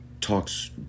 talks